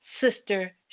sister